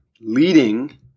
leading